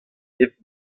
hep